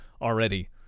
already